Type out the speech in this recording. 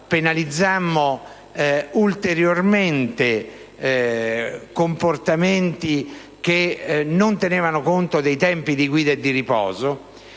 penalizzammo ulteriormente comportamenti che non tenevano conto dei tempi di guida e di riposo.